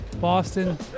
Boston